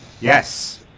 yes